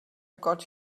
got